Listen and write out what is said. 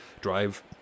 drive